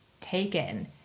taken